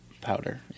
powder